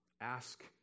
Ask